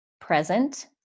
present